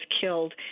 killed